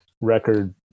record